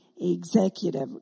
executive